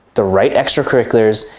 the right extra-curriculars,